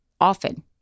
often